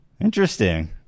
interesting